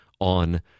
on